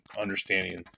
understanding